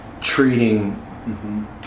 treating